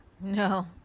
no